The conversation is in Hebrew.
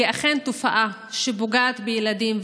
והיא אכן תופעה שפוגעת בילדים,